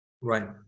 Right